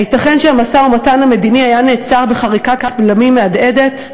האם ייתכן שהמשא-ומתן המדיני היה נעצר בחריקת בלמים מהדהדת?